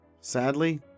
Sadly